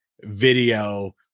video